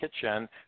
kitchen